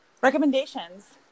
Recommendations